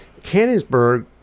Cannonsburg